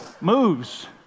moves